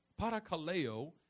Parakaleo